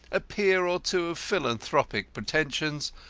a peer or two of philanthropic pretensions,